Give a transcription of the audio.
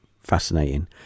fascinating